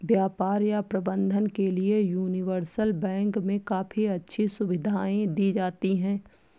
व्यापार या प्रबन्धन के लिये यूनिवर्सल बैंक मे काफी अच्छी सुविधायें दी जाती हैं